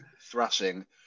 thrashing